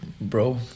Bro